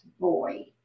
boy